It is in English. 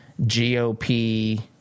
GOP